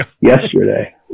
yesterday